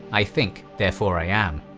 i think therefore i am.